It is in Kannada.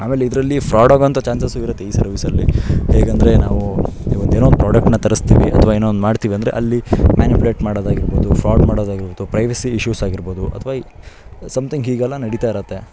ಆಮೇಲೆ ಇದರರಲ್ಲಿ ಫ್ರಾಡ್ ಆಗೋಂಥ ಚಾನ್ಸಸ್ಸು ಇರುತ್ತೆ ಈ ಸರ್ವೀಸಲ್ಲಿ ಹೇಗೆಂದರೆ ನಾವು ಈ ಒಂದು ಏನೋಂದು ಪ್ರಾಡಕ್ಟ್ನ ತರಿಸ್ತೀವಿ ಅಥ್ವಾ ಏನೋ ಒಂದು ಮಾಡ್ತೀವಿ ಅಂದರೆ ಅಲ್ಲಿ ಮ್ಯಾನ್ಯುಪ್ಲೇಟ್ ಮಾಡೋದಾಗಿರ್ಬೋದು ಫ್ರಾಡ್ ಮಾಡೋದಾಗಿರ್ಬೋದು ಪ್ರೈವೇಸಿ ಇಶ್ಯೂಸ್ ಆಗಿರ್ಬೋದು ಅಥವಾ ಸಮ್ತಿಂಗ್ ಹೀಗೆಲ್ಲ ನಡಿತಾ ಇರುತ್ತೆ